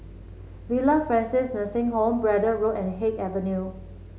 Villa Francis Nursing Home Braddell Road and Haig Avenue